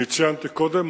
אני ציינתי קודם,